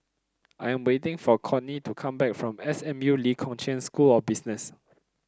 I am waiting for Kortney to come back from S M U Lee Kong Chian School of Business